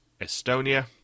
Estonia